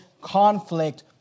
conflict